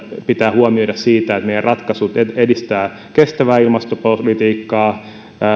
pitää huomioida siinä että meidän ratkaisumme edistävät kestävää ilmastopolitiikkaa